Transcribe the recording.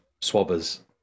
swabbers